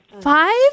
Five